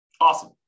Awesome